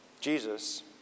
Jesus